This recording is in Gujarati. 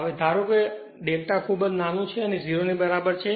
હવે ધારો કે ∂ ખૂબ જ નાનું છે અને 0 ની બરાબર છે